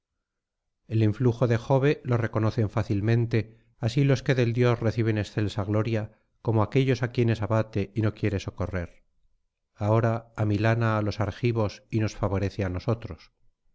el influjo de jove lo reconocen fácilmente así los que del dios reciben excelsa gloria como aquellos á quienes abate y no quiere socorrer ahora amilana á los argivos y nos favorece á nosotros